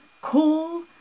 call